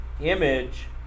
image